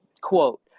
Quote